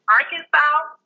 Arkansas